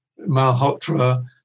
Malhotra